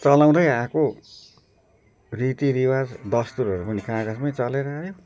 चलाउँदै आएको रीति रिवाज दस्तुरहरू पनि कागजमै चलेर आयो